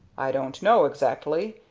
i don't know, exactly.